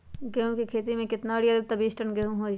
गेंहू क खेती म केतना यूरिया देब त बिस टन गेहूं होई?